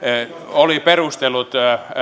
oli perustellut